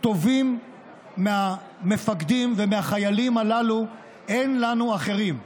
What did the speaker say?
טובים מהמפקדים ומהחיילים הללו, אין לנו אחרים.